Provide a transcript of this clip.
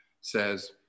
says